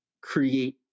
create